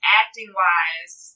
acting-wise